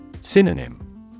Synonym